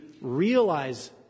realize